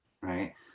right